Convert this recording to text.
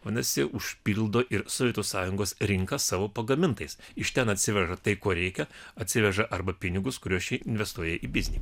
vadinasi užpildo ir sovietų sąjungos rinką savo pagamintais iš ten atsiveža tai ko reikia atsiveža arba pinigus kuriuos čia investuoja į biznį